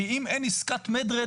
כי אם אין עסקת red med,